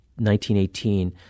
1918